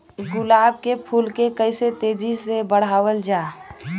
गुलाब क फूल के कइसे तेजी से बढ़ावल जा?